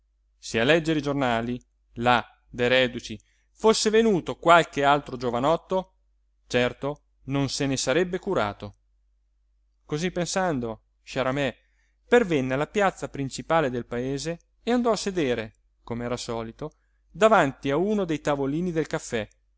se a leggere i giornali là dai reduci fosse venuto qualche altro giovanotto certo non se ne sarebbe curato cosí pensando sciaramè pervenne alla piazza principale del paese e andò a sedere com'era solito davanti a uno dei tavolini del caffè